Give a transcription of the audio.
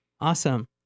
Awesome